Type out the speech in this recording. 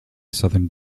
southern